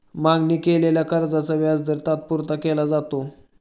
मागणी केलेल्या कर्जाचा व्याजदर तात्पुरता केला जातो